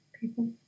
people